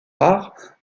rares